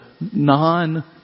non-